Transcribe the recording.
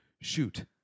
shoot